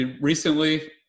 recently